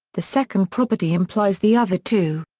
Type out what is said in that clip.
the second property implies the other two.